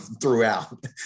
throughout